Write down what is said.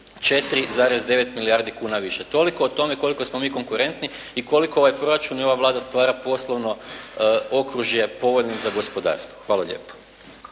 4,9 milijardi kuna više. Toliko o tome koliko smo mi konkurentni i koliko ovaj proračun i ova Vlada stvara poslovno okružje povoljno za gospodarstvo. Hvala lijep.